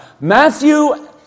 Matthew